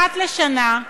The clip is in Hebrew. אחת לשנה,